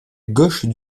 gauche